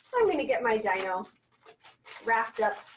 so i'm going to get my dino wrapped up,